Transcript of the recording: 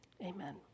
amen